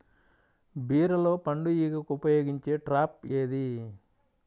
బీరలో పండు ఈగకు ఉపయోగించే ట్రాప్ ఏది?